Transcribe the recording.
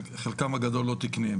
חלקם הגדול לא תקניים.